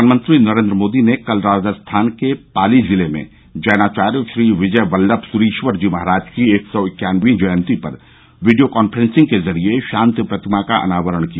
प्रधानमंत्री नरेंद्र मोदी ने क्ल राजस्थान के पाली जिले में जैनाचार्य श्री विजय वल्लभ सुरीश्वर जी महाराज की एक सौ इक्यानवीं जयंती पर वीडियो कॉन्फ्रेंसिंग के जरिए शांति प्रतिमा का अनावरण किया